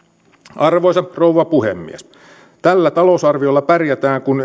arvoisa rouva puhemies tällä talousarviolla pärjätään kun